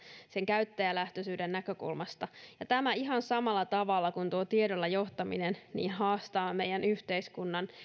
käyttäjälähtöisyyden näkökulmasta tämä ihan samalla tavalla kuin tuo tiedolla johtaminenkin haastaa meidän yhteiskuntamme